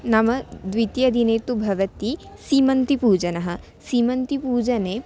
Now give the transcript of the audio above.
नाम द्वितीयदिने तु भवति सीमन्ति पूजनं सीमन्ति पूजने